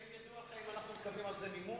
האם ידוע לך אם אנחנו מקבלים על זה מימון?